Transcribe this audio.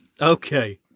Okay